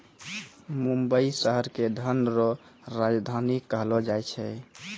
मुंबई शहर के धन रो राजधानी कहलो जाय छै